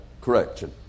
correction